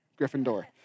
Gryffindor